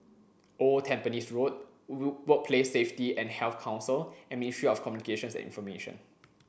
Old Tampines Road Woo Workplace Safety an Health Council and Ministry of Communications and Information